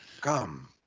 Come